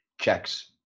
checks